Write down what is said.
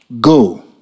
Go